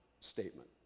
statement